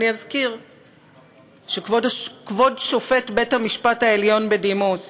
ואני אזכיר שכבוד שופט בית-המשפט העליון בדימוס